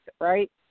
right